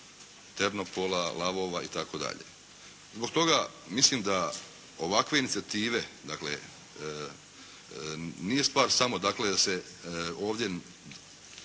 Ternopola, Lavova i tako dalje. Zbog toga mislim da ovakve inicijative dakle nije stvar samo dakle da